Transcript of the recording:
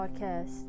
Podcast